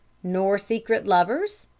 nor secret lovers?